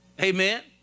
Amen